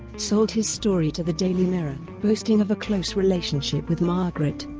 sold his story to the daily mirror, boasting of a close relationship with margaret.